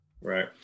right